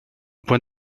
point